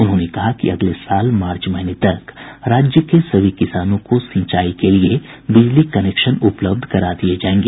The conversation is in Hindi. उन्होंने कहा कि अगले साल मार्च महीने तक राज्य के सभी किसानों को सिंचाई के लिए बिजली कनेक्शन उपलब्ध करा दिया जायेगा